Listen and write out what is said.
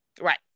Right